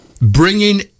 bringing